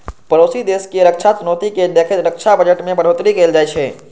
पड़ोसी देशक रक्षा चुनौती कें देखैत रक्षा बजट मे बढ़ोतरी कैल जाइ छै